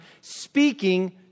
speaking